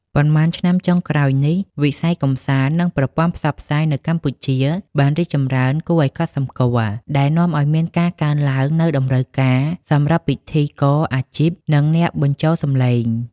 ប៉ុន្មានឆ្នាំចុងក្រោយនេះ វិស័យកម្សាន្ត និងប្រព័ន្ធផ្សព្វផ្សាយនៅកម្ពុជាបានរីកចម្រើនគួរឲ្យកត់សម្គាល់ ដែលនាំឲ្យមានការកើនឡើងនូវតម្រូវការសម្រាប់ ពិធីករអាជីព និងអ្នកបញ្ចូលសំឡេង។